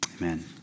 Amen